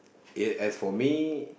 yeah as for me